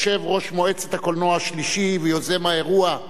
יושב-ראש מועצת הקולנוע השלישית ויוזם האירוע,